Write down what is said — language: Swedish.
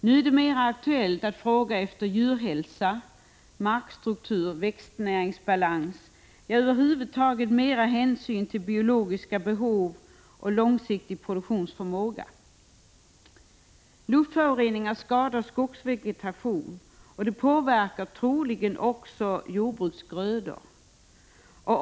Nu är det mera aktuellt att fråga efter djurhälsa, markstruktur, växtnäringsbalans, ja, över huvud taget mera hänsyn till biologiska behov och långsiktig produktionsförmåga. Luftföroreningarna skadar skogsvegetation, och de påverkar troligen också jordbruksgrödor.